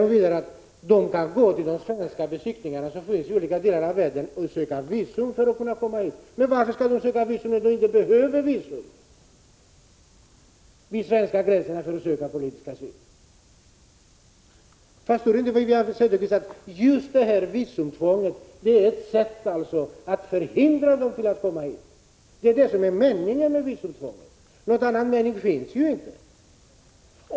Men varför skall människor söka visum när de inte behöver visum vid de svenska gränserna, när de kommer för att söka politisk asyl? Förstår inte Wivi-Anne Cederqvist att just visumtvånget är ett sätt att hindra människorna från att komma hit? Det är detta som är meningen med visumtvånget. Någon annan mening finns ju inte.